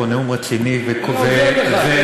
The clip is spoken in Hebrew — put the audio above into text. אני אמור לשאת פה נאום רציני ומלא להט,